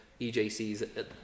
EJCs